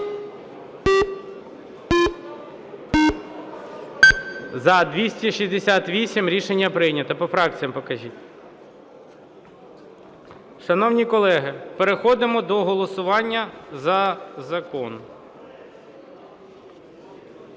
За-268 Рішення прийнято. По фракціях покажіть. Шановні колеги, переходимо до голосування за закон.